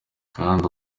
kandi